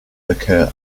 occur